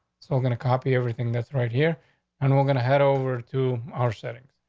so gonna copy everything that's right here and we're gonna head over to our settings.